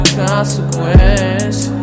consequence